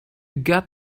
get